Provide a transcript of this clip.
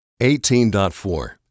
18.4